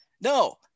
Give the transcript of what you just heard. No